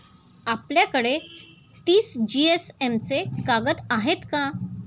आपल्याकडे तीस जीएसएम चे कागद आहेत का?